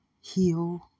heal